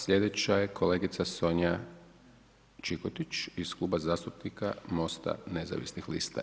Sljedeća je kolegica Sonja Čikotić iz Kluba zastupnika Mosta nezavisnih lista.